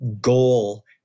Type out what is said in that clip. goal